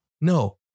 No